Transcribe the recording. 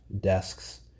desks